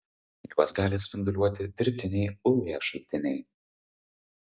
juos gali spinduliuoti dirbtiniai uv šaltiniai